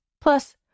Plus